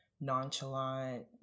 nonchalant